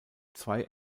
zwei